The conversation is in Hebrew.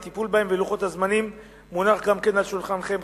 הטיפול בהם ולוחות הזמנים מונח גם כן על שולחנכם,